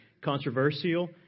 controversial